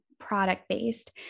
product-based